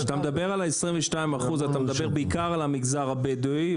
כשאתה מדבר על 22% אתה מדבר בעיקר על המגזר הבדואי.